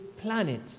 planet